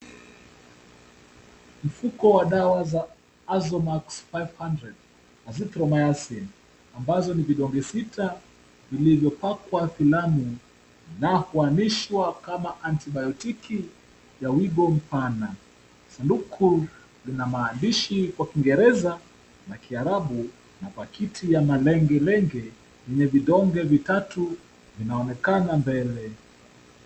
Mfuko wa dawa za Azomax 500 Azithromycin ambazo ni vidonge sita vilivyopakwa filamu na kuanishwa kama antibiotiki ya wigo mpana. Sanduku lina maandishi kwa kiingereza na kiarabu na pakiti ya malengelenge yenye vidonge vitatu inaonekana mbele.